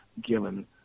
given